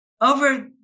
over